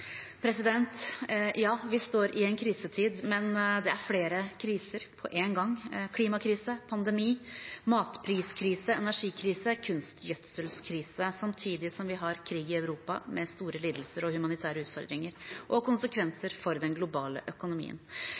Ja, vi står i en krisetid, men det er flere kriser på én gang – klimakrise, pandemi, matpriskrise, energikrise, kunstgjødselskrise, samtidig som vi har krig i Europa, med store lidelser, humanitære utfordringer og konsekvenser for den globale økonomien.